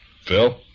Phil